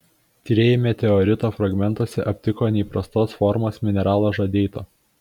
tyrėjai meteorito fragmentuose aptiko neįprastos formos mineralo žadeito